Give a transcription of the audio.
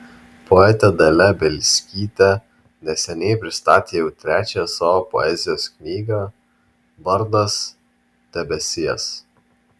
poetė dalia bielskytė neseniai pristatė jau trečiąją savo poezijos knygą vardas debesies